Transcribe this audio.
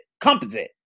composite